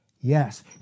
Yes